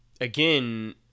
again